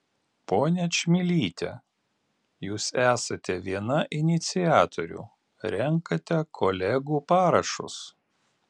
ponia čmilyte jūs esate viena iniciatorių renkate kolegų parašus